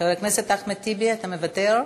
חבר הכנסת אחמד טיבי, אתה מוותר?